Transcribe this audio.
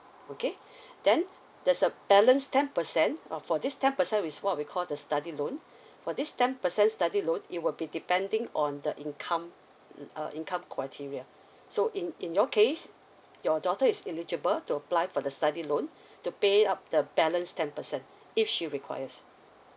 okay then there's a balance ten percent uh for this ten percent is what we call the study loan for this ten percent study loan it will be depending on the income uh income criteria so in in your case your daughter is eligible to apply for the study loan to pay up the balance ten percent if she requires